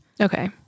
Okay